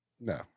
no